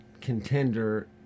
contender